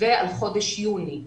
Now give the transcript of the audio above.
ועל חודש יוני.